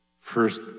first